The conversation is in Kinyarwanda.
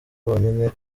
bonyine